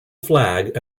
flag